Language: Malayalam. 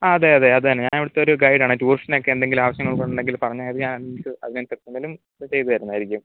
ആ അതെ അതെ അത് തന്നെ ഞാൻ ഇവിടുത്തെയൊര് ഗൈഡാണ് ടൂറിസ്റ്റിനെയൊക്കെ എന്തെങ്കിലും ആവശ്യങ്ങളൊക്കെ ഉണ്ടെങ്കിൽ പറഞ്ഞാൽ മതി ഞാൻ അതിനൻസ് അതിനനുസരിച്ച് എന്തേലും ചെയ്ത് തരുന്നതായിരിക്കും